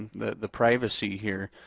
the the privacy here?